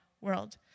world